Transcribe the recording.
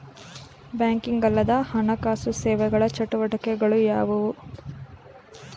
Banking ಅಲ್ಲದ ಹಣಕಾಸು ಸೇವೆಗಳ ಚಟುವಟಿಕೆಗಳು ಯಾವುವು?